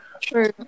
True